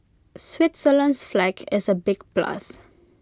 Switzerland's flag is A big plus